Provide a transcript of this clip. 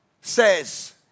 says